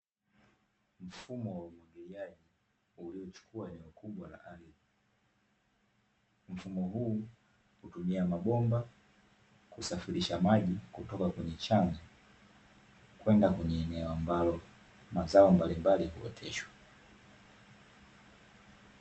Mfumo wa umwagiliaji uliochukua eneo kubwa la ardhi. Mfumo huu, hutumia mabomba na kusafirisha maji, kutoka kwenye chanzo kwenda kwenye eneo ambalo mazao mbalimbali huoteshwa.